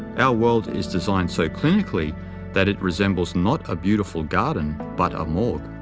our world is designed so clinically that it resembles not a beautiful garden but a morgue.